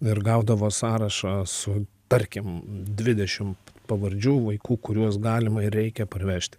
ir gaudavo sąrašą su tarkim dvidešimt pavardžių vaikų kuriuos galima ir reikia parvežti